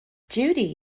judy